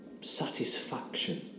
satisfaction